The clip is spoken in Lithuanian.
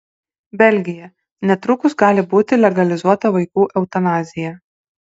belgija netrukus gali būti legalizuota vaikų eutanazija